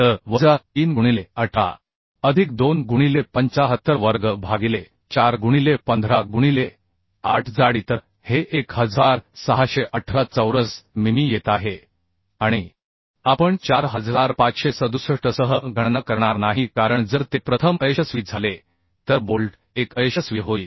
तर वजा 3 गुणिले 18 अधिक 2 गुणिले 75 वर्ग भागिले 4 गुणिले 15 गुणिले 8 जाडी तर हे 1618 चौरस मिमी येत आहे आणि आपण 4567 सह गणना करणार नाही कारण जर ते प्रथम अयशस्वी झाले तर बोल्ट 1 अयशस्वी होईल